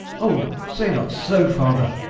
oh! say not so, father!